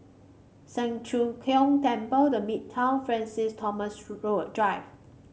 Siang Cho Keong Temple The Midtown Francis Thomas Road Drive